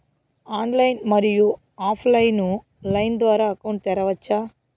Online, మరియు offline line ద్వారా account తెరవచ్చా?